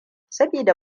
sabida